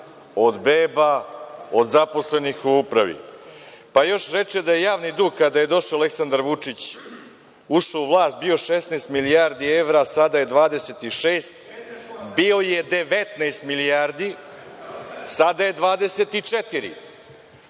od beba, od zaposlenih u upravi. Pa još reče da je javni dug, kada je Aleksandar Vučić ušao u vlast, bio 16 milijardi evra, a sada je 26. Bio je 19 milijardi, a sada je 24.